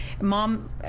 mom